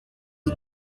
die